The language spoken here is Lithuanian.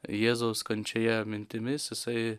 jėzaus kančioje mintimis jisai